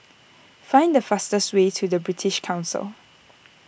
find the fastest way to British Council